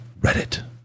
Reddit